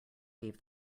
gave